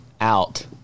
out